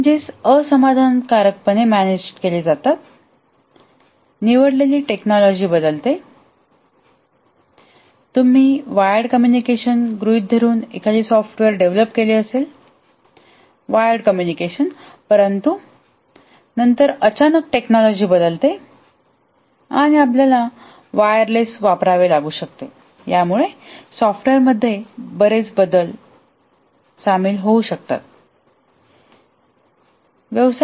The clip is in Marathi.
चेंजेस असमाधानकारकपणे मॅनेजेंड केले जातात निवडलेली टेक्नॉलॉजी बदलते तुम्ही वायर्ड कम्युनिकेशन गृहीत धरून विकसित केले असेल वायर्ड कम्युनिकेशन परंतु नंतर अचानक टेक्नॉलॉजी बदलते आणि आपल्याला वायरलेस वापरावे लागू शकते यामुळे सॉफ्टवेयर मध्ये बरेच बदल सामील होऊ शकतात